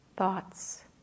thoughts